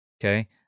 Okay